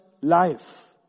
life